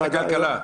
לוועדת הכלכלה.